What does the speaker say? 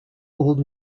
old